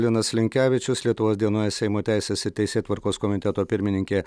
linas linkevičius lietuvos dienoje seimo teisės ir teisėtvarkos komiteto pirmininkė